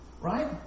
right